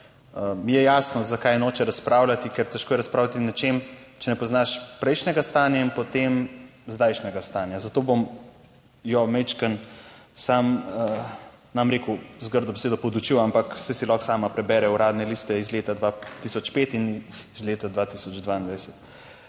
je jasno zakaj noče razpravljati, ker težko je razpravljati o nečem če ne poznaš prejšnjega stanja in potem zdajšnjega stanja. Zato bom jo majčkeno sam, ne bom rekel z grdo besedo, podučil, ampak saj si lahko sama prebere Uradne liste iz leta 2005 in iz leta 2022.